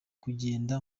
kugenda